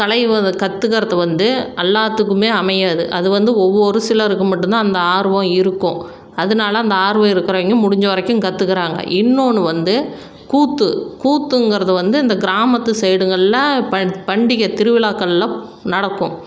கலை வ கற்றுக்கறது வந்து எல்லாத்துக்குமே அமையாது அது வந்து ஒவ்வொரு ஒரு சிலருக்கு மட்டும்தான் அந்த ஆர்வம் இருக்கும் அதனால அந்த ஆர்வம் இருக்கிறவைங்க முடிஞ்சவரைக்கும் கற்றுக்குறாங்க இன்னொன்னு வந்து கூத்து கூத்துங்கிறது வந்து இந்த கிராமத்து சைடுங்களில் பண் பண்டிகை திருவிழாக்களெலாம் நடக்கும்